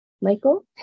Michael